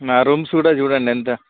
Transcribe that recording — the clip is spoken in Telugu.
నా రూమ్స్ కూడా చూడండి ఎంత